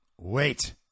Wait